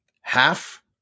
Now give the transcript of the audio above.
half